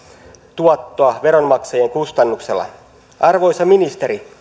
tuottoa veronmaksajien kustannuksella arvoisa ministeri